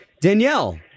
Danielle